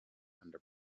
under